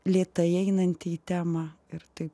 lėtai einantį temą ir taip